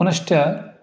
पुनश्च